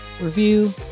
review